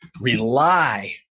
Rely